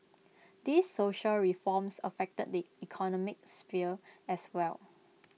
these social reforms affect the economic sphere as well